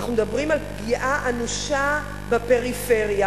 כשאנחנו מדברים על פגיעה אנושה בפריפריה